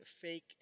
fake